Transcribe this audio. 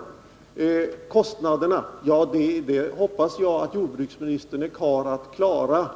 Vad beträffar kostnaderna hoppas jag att jordbruksministern är karl nog att klara